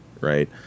right